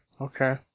okay